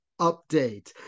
update